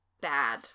Bad